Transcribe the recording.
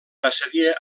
passaria